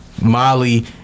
Molly